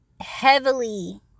heavily